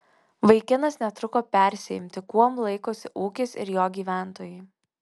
vaikinas netruko persiimti kuom laikosi ūkis ir jo gyventojai